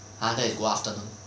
!huh! that is good afternoon